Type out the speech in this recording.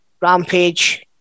Rampage